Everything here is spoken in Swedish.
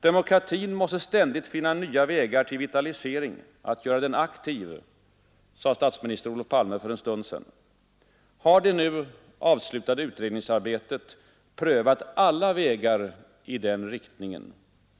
Demokratin måste ständigt finna nya vägar till vitalisering, den måste göras aktiv, sade statsminister Olof Palme för en stund sedan. Har det nu avslutade utredningsarbetet prövat alla vägar i den riktningen?